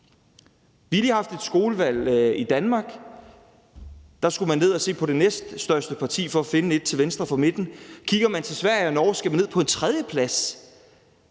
Vi har lige haft et skolevalg i Danmark. Der skulle man ned til det næststørste parti for at finde et til venstre for midten. Kigger man til Norge og Sverige, skal man ned på en tredjeplads